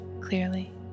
clearly